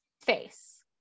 face